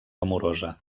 amorosa